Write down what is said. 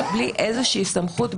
בלי איזושהי סמכות,